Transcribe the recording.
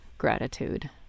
gratitude